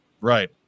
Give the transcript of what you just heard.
Right